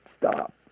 stop